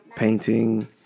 Painting